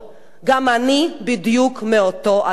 גם אני בדיוק מאותו האזור.